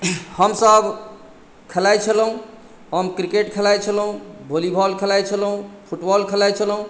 हमसभ खेलाइत छलहुँ हम क्रिकेट खेलाइत छलहुँ वोल्लीबॉल खेलाइत छलहुँ फुटबॉल खेलाइत छलहुँ